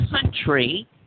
country